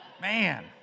man